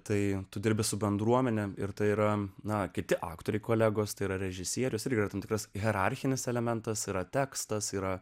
tai tu dirbi su bendruomene ir tai yra na kiti aktoriai kolegos tai yra režisierius ir yra tam tikras hierarchinis elementas yra tekstas yra